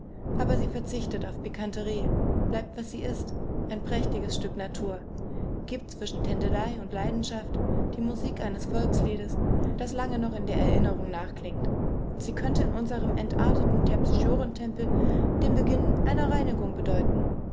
aber sie verzichtet auf pikanterie bleibt was sie ist ein prächtiges stück natur gibt zwischen tändelei und leidenschaft die musik eines volksliedes das lange noch in der erinnerung nachklingt sie könnte in unserem entarteten terpsichorentempel den beginn einer reinigung bedeuten